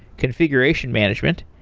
configuration management,